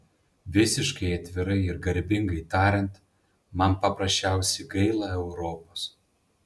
visiškai atvirai ir garbingai tariant man paprasčiausiai gaila europos